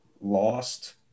lost